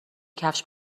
کفش